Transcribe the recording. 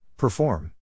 Perform